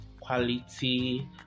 quality